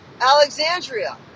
Alexandria